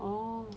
oh